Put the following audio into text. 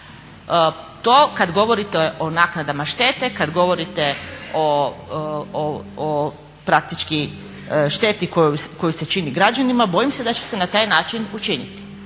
To, kad govorite o naknadama štete, kad govorite o praktički šteti koju se čini građanima bojim se da će se na taj način učiniti.